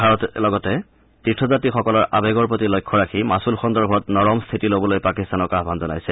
ভাৰতে লগতে তীৰ্থযাত্ৰীসকলৰ আৱেগৰ প্ৰতি লক্ষ্য ৰাখি মাচুল সন্দৰ্ভত নৰম স্থিতি লবলৈ পাকিস্তানক আয়ুন জনাইছে